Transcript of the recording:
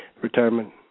retirement